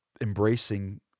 embracing